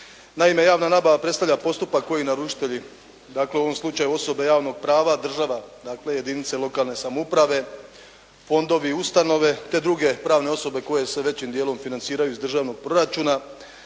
Naime, javna nabava predstavlja postupak koji naručitelji, dakle u ovom slučaju osobe javnog prava, država dakle jedinice lokalne samouprave, fondovi, ustanove te druge pravne osobe koje se većim dijelom financiraju iz državnog proračuna